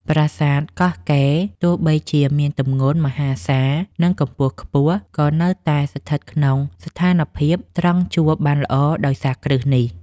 ប្រាសាទកោះកេរទោះបីជាមានទម្ងន់មហាសាល និង កម្ពស់ខ្ពស់ ក៏នៅតែស្ថិតក្នុងស្ថានភាពត្រង់ជួរបានល្អដោយសារគ្រឹះនេះ។